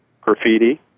graffiti